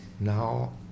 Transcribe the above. Now